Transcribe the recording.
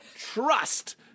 trust